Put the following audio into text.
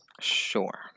Sure